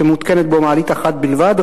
שמותקנת בו מעלית אחת בלבד,